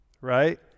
right